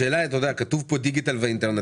כתוב פה דיגיטל ואינטרנט,